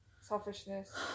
selfishness